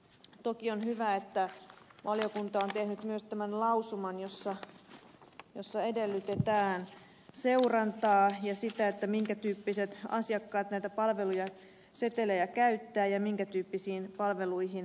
toki on hyvä että valiokunta on tehnyt myös lausuman jossa edellytetään seurantaa ja sitä minkä tyyppiset asiakkaat näitä palvelusetelejä käyttävät ja minkä tyyppisiin palveluihin ne sitten ohjautuvat